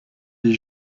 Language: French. des